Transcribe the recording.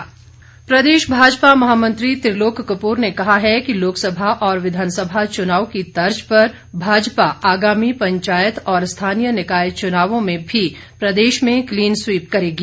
त्रिलोक कपूर प्रदेश भाजपा महामंत्री त्रिलोक कपूर ने कहा है कि लोकसभा और विधानसभा चुनाव की तर्ज पर भाजपा आगामी पंचायत और स्थानीय निकाय चुनावों में भी प्रदेश में क्लीन स्वीप करेगी